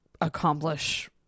accomplish